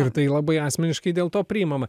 ir tai labai asmeniškai dėl to priimama